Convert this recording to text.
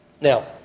Now